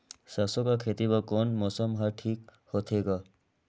सरसो कर खेती बर कोन मौसम हर ठीक होथे ग?